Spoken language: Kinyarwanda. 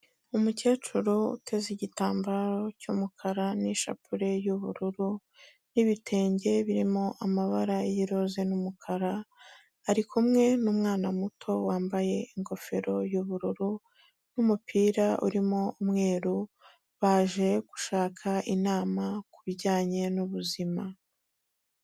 Umukecuru uteze igitambaro cy'umukara n'ishapure y'ubururu n'ibitenge birimo amabara y'irose n'umukara, ari kumwe n'umwana muto wambaye ingofero y'ubururu n'umupira urimo umweru, baje gushaka inama kubijyanye n'ubuzima.